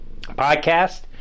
Podcast